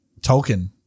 Tolkien